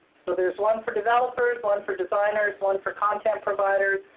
so there's one for developers, one for designers, one for content providers,